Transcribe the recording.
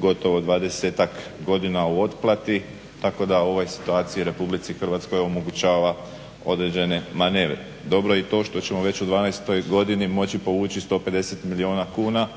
gotovo 20-ak godina u otplati tako da u ovoj situaciji RH omogućava određene manevre. Dobro je i to što ćemo već u 2012. godini moći povući 150 milijuna kuna